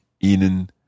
Ihnen